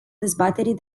dezbaterii